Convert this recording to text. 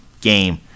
game